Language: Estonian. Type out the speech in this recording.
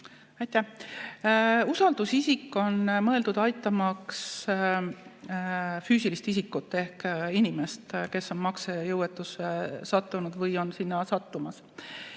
Aitäh! Usaldusisik on mõeldud aitama füüsilist isikut ehk inimest, kes on maksejõuetusse sattunud või sinna sattumas.